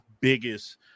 biggest